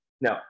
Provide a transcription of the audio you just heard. No